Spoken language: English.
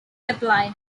apply